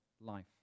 life